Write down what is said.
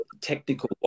technical